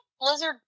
Blizzard